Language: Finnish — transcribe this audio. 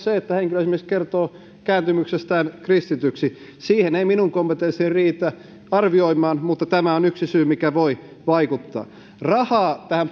se että henkilö esimerkiksi kertoo kääntymyksestään kristityksi sitä ei minun kompetenssini riitä arvioimaan mutta tämä on yksi syy mikä voi vaikuttaa rahaa tähän